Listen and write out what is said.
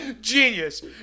Genius